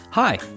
Hi